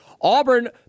Auburn